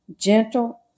Gentle